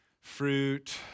fruit